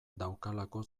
daukalako